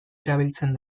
erabiltzen